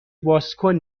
بازکن